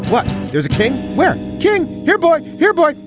well there's a king when king here boy. here boy.